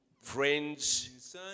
friends